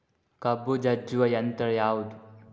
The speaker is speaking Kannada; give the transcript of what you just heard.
ಕಬ್ಬು ಜಜ್ಜುವ ಯಂತ್ರ ಯಾವುದು?